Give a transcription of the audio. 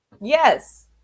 Yes